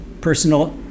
personal